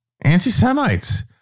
anti-semites